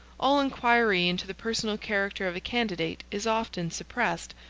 all inquiry into the personal character of a candidate is often suppressed,